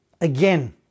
Again